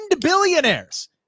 billionaires